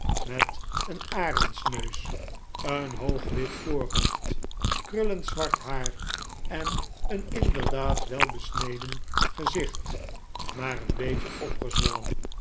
met een arendsneus een hoog wit voorhoofd krullend zwart haar en een inderdaad welbesneden gezicht maar een beetje opgezwollen